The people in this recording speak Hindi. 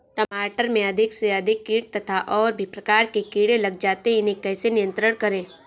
टमाटर में अधिक से अधिक कीट तथा और भी प्रकार के कीड़े लग जाते हैं इन्हें कैसे नियंत्रण करें?